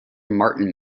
martin